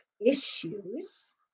issues